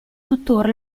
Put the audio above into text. tuttora